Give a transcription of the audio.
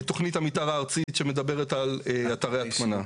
שמדברת על אתרי הטמנה.